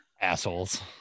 assholes